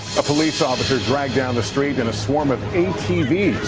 a police officer dragged down the street in a swarm of atvs.